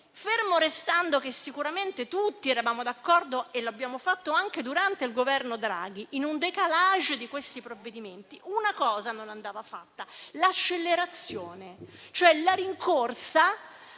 Fermo restando che sicuramente tutti eravamo d'accordo - e lo abbiamo fatto anche durante il Governo Draghi - nell'operare un *décalage* di questi provvedimenti, una cosa non andava fatta: l'accelerazione, cioè la rincorsa.